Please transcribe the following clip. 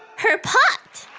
her pot!